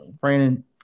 Brandon